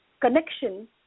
connection